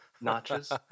notches